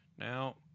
Now